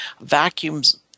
vacuums